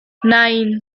nine